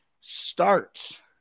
starts